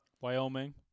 Wyoming